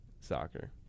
soccer